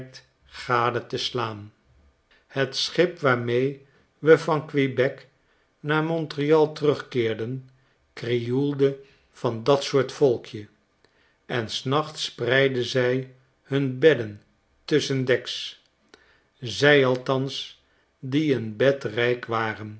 gade te slaan het schip waarmee we van quebec naar montreal terugkeerden krioelde van datsoort volkje en s nachts spreidden zij hun bedden tusschendeks zij althans die een bed rijk waren